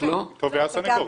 תובע או סניגור.